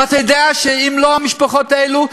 ואתה יודע שאם לא המשפחות האלו,